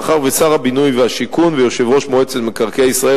מאחר ששר הבינוי והשיכון ויושב-ראש מועצת מקרקעי ישראל,